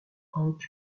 hank